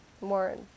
more